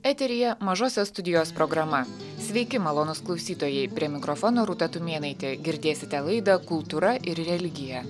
eteryje mažosios studijos programa sveiki malonūs klausytojai prie mikrofono rūta tumėnaitė girdėsite laida kultūra ir religija